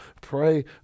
Pray